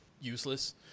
useless